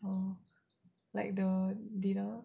like the dinner